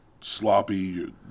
sloppy